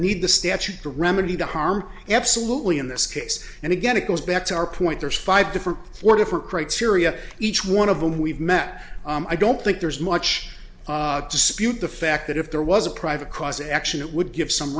need the statute to remedy the harm absolutely in this case and again it goes back to our point there's five different for different criteria each one of them we've met i don't think there's much dispute the fact that if there was a private cross action it would give some